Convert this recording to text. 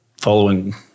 following